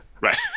Right